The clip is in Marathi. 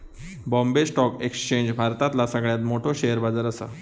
बॉम्बे स्टॉक एक्सचेंज भारतातला सगळ्यात मोठो शेअर बाजार असा